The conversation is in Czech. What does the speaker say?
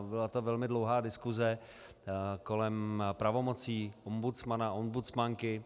Byla to velmi dlouhá diskuse kolem pravomocí ombudsmana, ombudsmanky.